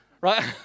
right